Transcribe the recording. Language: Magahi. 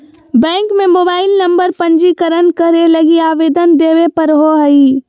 बैंक में मोबाईल नंबर पंजीकरण करे लगी आवेदन देबे पड़ो हइ